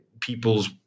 people's